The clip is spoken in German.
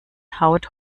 haut